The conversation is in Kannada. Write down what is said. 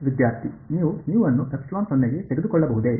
ವಿದ್ಯಾರ್ಥಿ ನೀವು μ ಅನ್ನು ε0 ಗೆ ತೆಗೆದುಕೊಳ್ಳಬಹುದೇ